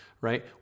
right